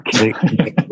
Okay